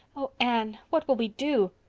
oh, anne, what will we do?